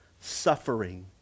suffering